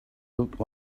looked